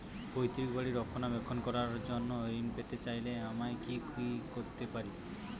পৈত্রিক বাড়ির রক্ষণাবেক্ষণ করার জন্য ঋণ পেতে চাইলে আমায় কি কী করতে পারি?